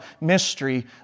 mystery